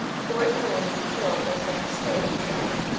thornton lyne was killed by sam stay, he said,